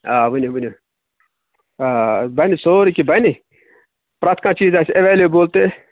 آ وٕنِو وٕنِو آ بَنہِ سورُے کیٚنہہ بَنہِ پرٮ۪تھ کانٛہہ چیٖز آسہِ اٮ۪ویلیبُل تہِ